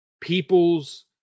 people's